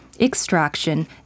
extraction